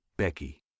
Becky